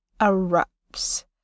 erupts